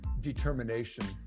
determination